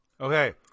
Okay